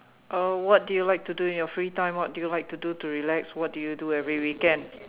uh what do you like to do in your free time what do you like to do to relax what do you do every weekend